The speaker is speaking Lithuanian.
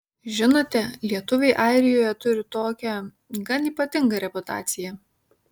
žinote lietuviai airijoje turi tokią gan ypatingą reputaciją